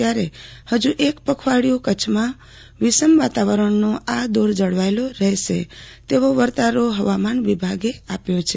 ત્યારે હજુ એક પખવાડિયું કચ્છમાં વિષમ વાતાવરણનો આ દોર જળવાયેલો રહેશે તેવો વર્તારો હવામાન વિભાગે આપ્યો છે